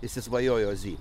įsisvajojo zy